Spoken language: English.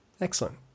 Excellent